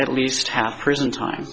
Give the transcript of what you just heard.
at least half prison time